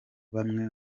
bamwe